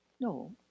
No